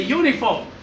uniform